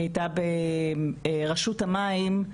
היא הייתה בראשות המים,